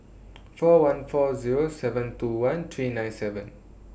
four one four Zero seven two one three nine seven